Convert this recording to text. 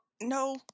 No